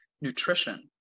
nutrition